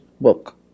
book